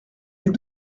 les